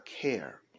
care